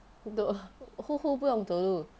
who who 不用走路